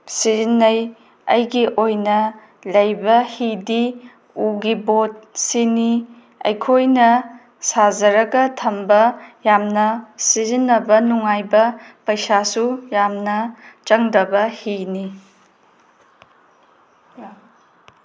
ꯁꯤꯖꯤꯟꯅꯩ ꯑꯩꯒꯤ ꯑꯣꯏꯅ ꯂꯩꯕ ꯍꯤꯗꯤ ꯎꯒꯤ ꯕꯣꯠꯁꯤꯅꯤ ꯑꯩꯈꯣꯏꯅ ꯁꯥꯖꯔꯒ ꯊꯝꯕ ꯌꯥꯝꯅ ꯁꯤꯖꯤꯟꯅꯕ ꯅꯨꯉꯥꯏꯕ ꯄꯩꯁꯥꯁꯨ ꯌꯥꯝꯅ ꯆꯪꯗꯕ ꯍꯤꯅꯤ